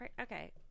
okay